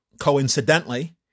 coincidentally